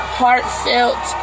heartfelt